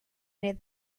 near